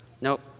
Nope